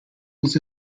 was